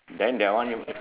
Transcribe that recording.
then that one you